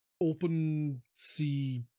open-sea